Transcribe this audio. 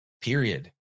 Period